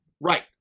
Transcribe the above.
Right